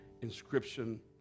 inscription